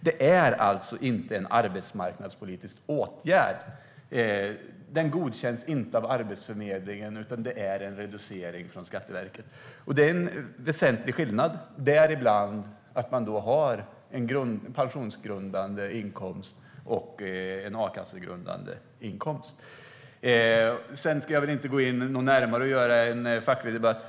Det här är alltså inte en arbetsmarknadspolitisk åtgärd. Det är inte från Arbetsförmedlingen utan från Skatteverket som det görs en reducering. Det är en väsentlig skillnad. Till exempel har man en pensionsgrundande och a-kassegrundande inkomst. Jag ska inte gå närmare in på det och göra det till en facklig debatt.